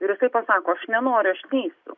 ir jisai pasako aš nenoriu aš klystu